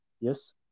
Yes